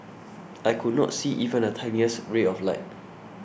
I could not see even a tiniest ray of light